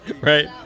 Right